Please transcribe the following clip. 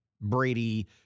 Brady